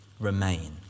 Remain